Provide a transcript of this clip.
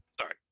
Sorry